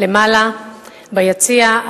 למעלה ביציע,